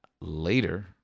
later